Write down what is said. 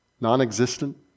non-existent